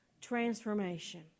transformation